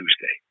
Tuesday